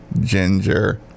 ginger